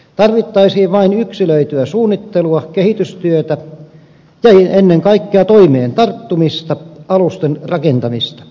tarvittaisiin vain yksilöityä suunnittelua kehitystyötä ja ennen kaikkea toimeen tarttumista alusten rakentamista